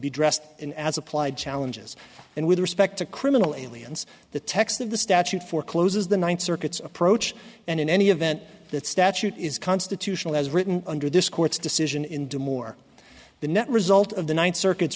be dressed in as applied challenges and with respect to criminal aliens the text of the statute for closes the ninth circuit's approach and in any event that statute is constitutional as written under this court's decision in do more the net result of the ninth circuit